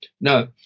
now